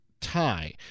tie